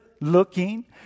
looking